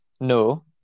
No